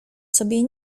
sobie